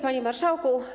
Panie Marszałku!